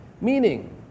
Meaning